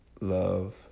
love